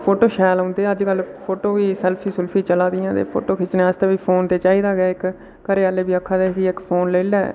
photo शैल औंदे अजकल फोटो बी सेल्फी चला दी ते फोटो खिच्चने आस्तै बी फोन ते चाहिदा इक्क घरै आह्ले बी आक्खा दे हे कि इक्क फोन लेई लै